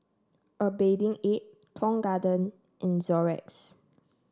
A Bathing Ape Tong Garden and Xorex